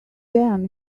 there